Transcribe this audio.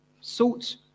salt